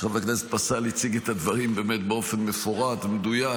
שחבר הכנסת פסל הציג את הדברים באופן מפורט ומדויק,